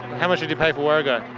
how much did you pay for warrego?